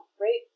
right